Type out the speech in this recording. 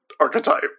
archetype